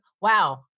Wow